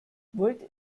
wollt